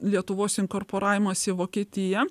lietuvos inkorporavimas į vokietiją